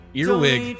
Earwig